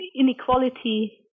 inequality